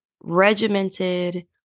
regimented